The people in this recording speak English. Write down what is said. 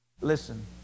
Listen